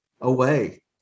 away